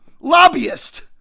lobbyist